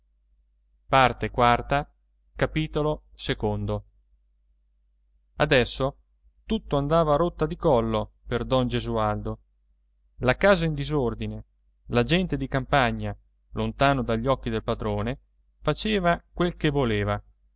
non posso adesso tutto andava a rotta di collo per don gesualdo la casa in disordine la gente di campagna lontano dagli occhi del padrone faceva quel che voleva